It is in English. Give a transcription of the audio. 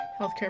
healthcare